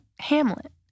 Hamlet